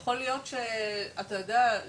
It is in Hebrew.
אתה יודע,